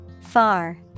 Far